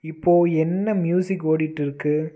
இப்போ என்ன மியூசிக் ஓடிகிட்டு இருக்கு